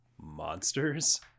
monsters